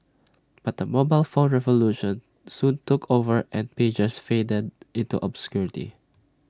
but the mobile phone revolution soon took over and pagers faded into obscurity